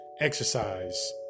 exercise